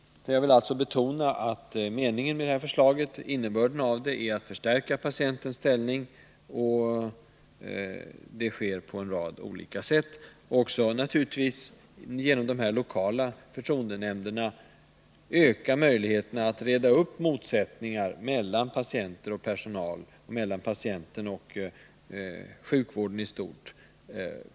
Jag vill alltså betona att innebörden i detta förslag är att förstärka patientens ställning, och det sker på en rad olika sätt. Genom de lokala Nr 56 förtroendenämnderna ökas naturligtvis också möjligheterna att på ett Tisdagen den tidigare stadium reda upp motsättningar mellan patienter och personal samt 18 december 1979 mellan patienter och sjukvården i stort.